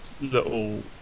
little